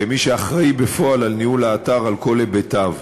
כמי שאחראי בפועל לניהול האתר על כל היבטיו.